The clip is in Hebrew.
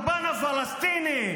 הקורבן הפלסטיני,